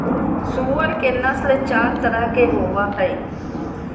सूअर के नस्ल चार तरह के होवो हइ